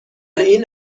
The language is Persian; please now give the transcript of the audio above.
این